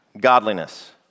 godliness